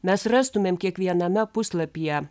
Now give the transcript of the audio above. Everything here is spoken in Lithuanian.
mes rastumėm kiekviename puslapyje